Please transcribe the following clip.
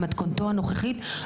במתכונתו הנוכחית,